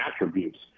attributes